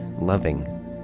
Loving